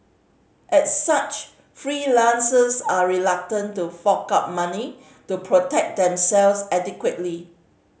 as such freelancers are reluctant to fork out money to protect themselves adequately